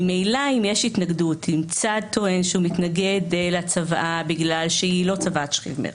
ממילא אם יש צד שמתנגד לצוואה בגלל שהיא לא צוואת 'שכיב מרע',